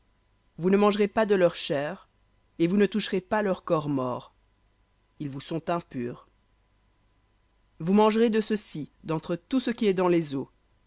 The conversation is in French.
vous ne mangerez pas de leur chair et vous ne toucherez pas leur corps mort ils vous sont impurs vous mangerez de ceci d'entre tout ce qui est dans les eaux